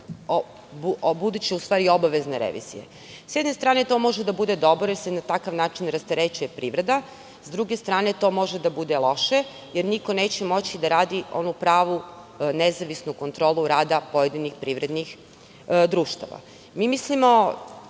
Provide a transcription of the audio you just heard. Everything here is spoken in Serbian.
buduće obavezne revizije. S jedne strane to može da bude dobro, jer se na takav način rasterećuje privreda. S druge strane, to može da bude loše, jer niko neće moći da radi onu pravu nezavisnu kontrolu rada pojedinih privrednih društava. Mi mislimo